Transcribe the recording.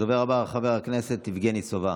הדובר הבא יבגני סובה,